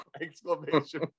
exclamation